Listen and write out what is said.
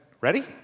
Ready